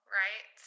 right